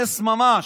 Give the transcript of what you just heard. נס ממש.